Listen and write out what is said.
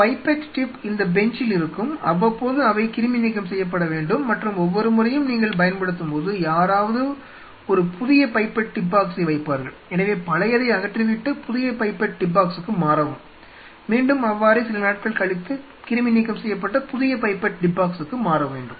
pipette tip இந்த பெஞ்சில் இருக்கும் அவ்வப்போது அவை கிருமி நீக்கம் செய்யப்படவேண்டும் மற்றும் ஒவ்வொரு முறையும் நீங்கள் பயன்படுத்தும் போது யாராவது ஒரு புதிய பைப்பெட் டிப் பாக்சை வைப்பார்கள் எனவே பழையதை அகற்றிவிட்டு புதிய பைப்பெட் டிப் பாக்சுக்கு மாறவும் மீண்டும் அவ்வாறே சில நாட்கள் கழித்து கிருமி நீக்கம் செய்யப்பட்ட புதிய பைப்பெட் டிப் பாக்சுக்கு மாற வேண்டும்